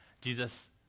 Jesus